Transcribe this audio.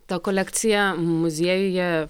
ta kolekcija muziejuje